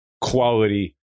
quality